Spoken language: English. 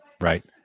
right